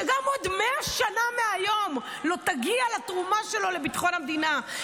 שגם בעוד מאה שנה מהיום לא תגיע לתרומה שלו לביטחון המדינה,